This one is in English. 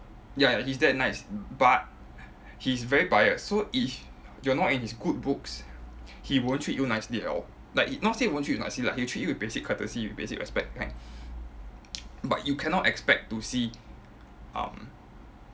ya he's that nice but he's very biased so if you're not in his good books he won't treat you nicely at all like not say won't treat you nicely lah he'll treat you with basic courtesy with basic respect that kind but you cannot expect to see um